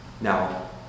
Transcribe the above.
now